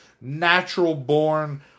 natural-born